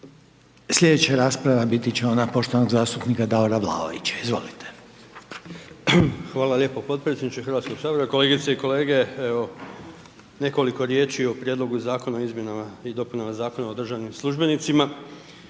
Slijedeća rasprava biti će ona poštovanog zastupnika Davora Vlaovića, izvolite. **Vlaović, Davor (HSS)** Hvala lijepo potpredsjedniče Hrvatskog sabora. Kolegice i kolege, evo nekoliko riječi o Prijedlogu zakona o izmjenama i dopunama Zakona o državnim službenicima.